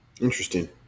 interesting